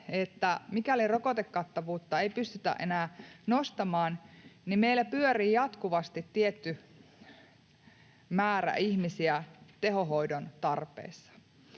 että mikäli rokotekattavuutta ei pystytä enää nostamaan, niin meillä pyörii jatkuvasti tietty määrä ihmisiä tehohoidon tarpeessa,